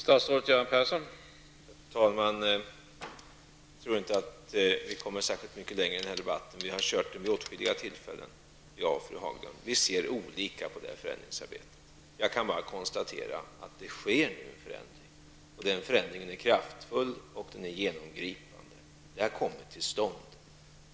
Herr talman! Jag tror inte att vi kommer särskilt mycket längre i denna debatt. Jag och fru Haglund har gått igenom den vid åtskilliga tillfällen. Vi ser olika på detta förändringsarbete. Jag kan bara konstatera att det sker en förändring, som är kraftfull och genomgripande. Den har kommit till stånd.